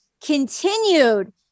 continued